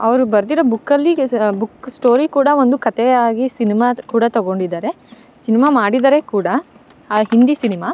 ಅವರು ಬರೆದಿರೋ ಬುಕ್ಕಲ್ಲಿ ಸಹ ಬುಕ್ ಸ್ಟೋರಿ ಕೂಡ ಒಂದು ಕತೆಯಾಗಿ ಸಿನಿಮಾದ ಕೂಡ ತಗೊಂಡಿದ್ದಾರೆ ಸಿನ್ಮಾ ಮಾಡಿದ್ದಾರೆ ಕೂಡ ಆ ಹಿಂದಿ ಸಿನಿಮಾ